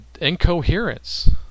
Incoherence